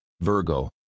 Virgo